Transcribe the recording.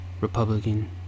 Republican